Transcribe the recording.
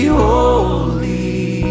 holy